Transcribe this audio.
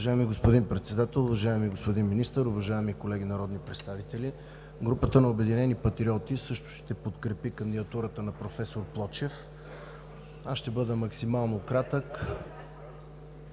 Уважаема госпожо Председател, уважаеми господин Министър, уважаеми колеги народни представители! Групата на „Обединени патриоти“ също ще подкрепи кандидатурата на проф. Плочев. Ще бъда максимално кратък.